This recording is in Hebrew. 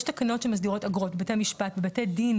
יש תקנות שמסדירות אגרות, בתי משפט, בתי דין